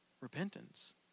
repentance